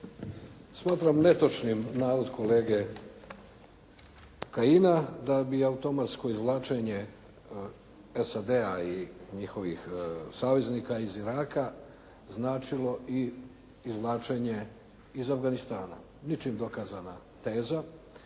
Smatram netočnim navod kolege Kajina da bi automatsko izvlačenje SAD-a i njihovih saveznika iz Iraka značilo i izvlačenje iz Afganistana. Ničim dokazana teza.